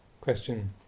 Question